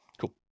Cool